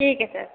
ठीक है सर